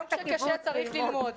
גם כשקשה צריך ללמוד,